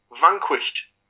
vanquished